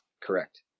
Correct